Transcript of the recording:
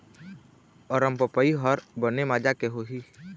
अरमपपई हर बने माजा के होही?